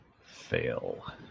fail